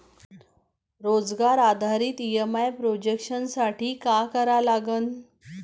रोजगार आधारित EMI projection साठी का करा लागन?